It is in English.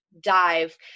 dive